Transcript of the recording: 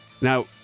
Now